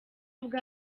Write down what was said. bwa